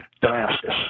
Damascus